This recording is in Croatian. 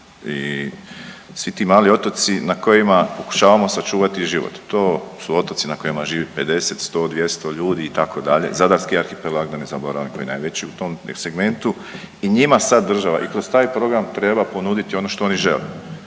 i svi ti mali otoci na kojima pokušavamo sačuvati život, to su otoci na kojima živi 50, 100, 200 ljudi, itd., zadarski arhipelag, da ne zaboravim, to je najveći u tom segmentu i njima sad država i kroz taj program treba ponuditi ono što oni žele.